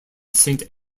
saint